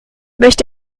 möchte